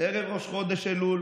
ערב ראש חודש אלול,